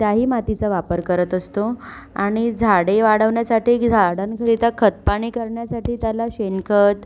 त्याही मातीचा वापर करत असतो आणि झाडे वाढवण्यासाठी झाडांकरिता खतपाणी करण्यासाठी त्याला शेणखत